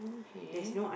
okay